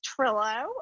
trillo